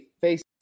face